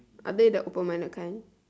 are they the open-minded kind